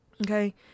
Okay